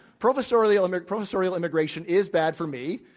professorial and professorial immigration is bad for me,